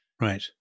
Right